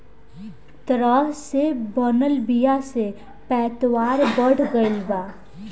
तरह से बनल बीया से पैदावार बढ़ गईल बा